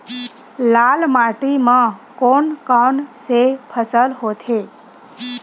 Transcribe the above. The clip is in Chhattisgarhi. लाल माटी म कोन कौन से फसल होथे?